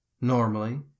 Normally